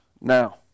now